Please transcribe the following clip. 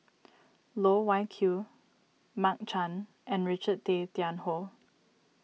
Loh Wai Kiew Mark Chan and Richard Tay Tian Hoe